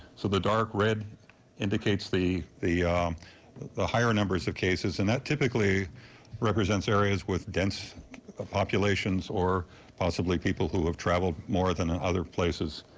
so the dark red indicates the the higher numbers of cases. and that typically represents areas with dense ah populations or possibly people who have traveled more than ah other places.